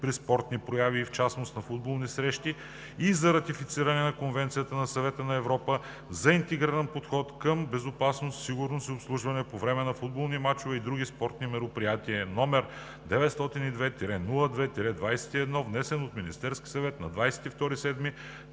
при спортни прояви и в частност на футболни срещи и за ратифициране на Конвенцията на Съвета на Европа за интегриран подход към безопасност, сигурност и обслужване по време на футболни мачове и други спортни мероприятия, № 902-02-21, внесен от Министерския съвет на 22